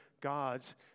gods